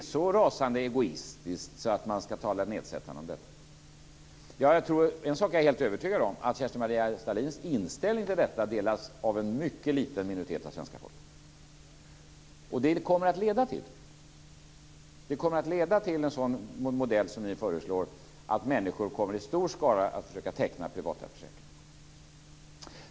Är det så rasande egoistiskt att man ska tala nedsättande om det? En sak är jag helt övertygad om: att Kerstin-Maria Stalins inställning till detta delas av en mycket liten minoritet av svenska folket. En sådan modell som ni föreslår kommer att leda till att människor i stor skala kommer att försöka teckna privata försäkringar.